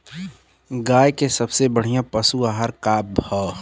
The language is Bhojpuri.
गाय के सबसे बढ़िया पशु आहार का ह?